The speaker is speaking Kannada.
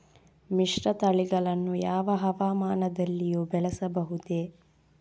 ಮಿಶ್ರತಳಿಗಳನ್ನು ಯಾವ ಹವಾಮಾನದಲ್ಲಿಯೂ ಬೆಳೆಸಬಹುದೇ?